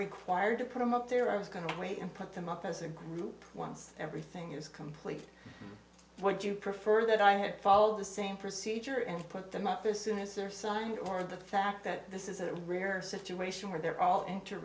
required to put him up there i was going to wait and put them up as a group once everything is complete would you prefer that i had followed the same procedure and put them up as soon as their signed or the fact that this is a rare situation where they're all int